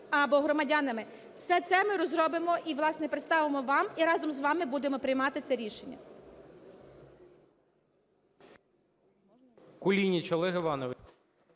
або громадянами. Все це ми розробимо і, власне, представимо вам, і разом з вами будемо приймати це рішення.